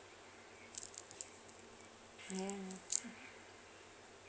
mm